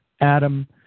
Adam